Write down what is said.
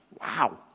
Wow